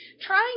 trying